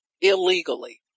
illegally